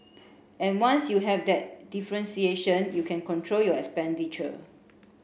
and once you have that differentiation you can control your expenditure